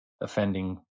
offending